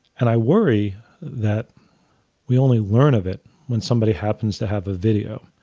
and i worry that we only learn of it when somebody happens to have a video.